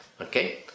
Okay